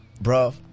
bro